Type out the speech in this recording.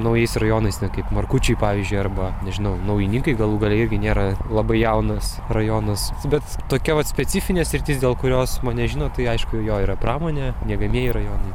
naujais rajonais ne kaip markučiai pavyzdžiui arba nežinau naujininkai galų gale irgi nėra labai jaunas rajonas bet tokia vat specifinė sritis dėl kurios mane žino tai aišku jo yra pramonė miegamieji rajonai